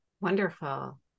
Wonderful